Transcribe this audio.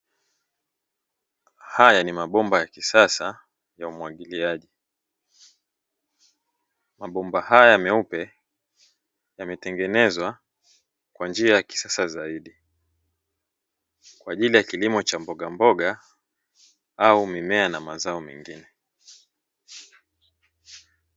Haya ni mabomba ya kisasa ya umwagailiaji. Mabomba haya meupe yametengenezwa kwa njia ya kisasa zaidi, kwa ajili ya kilimo cha mbogamboga, au mimea na mazao mengine.